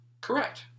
Correct